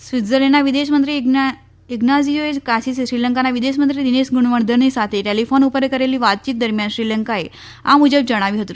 સ્વિત્ઝરલેન્ડના વિદેશમંત્રી ઈંગ્નાઝીઓ કાસીસે શ્રીલંકાના વિદેશમંત્રી દિનેશ ગુણવર્ધને સાથે ટેલીફોન ઉપર કરેલી વાતચીત દરમિયાન શ્રીલંકાએ આ મુજબ જણાવ્યું હતું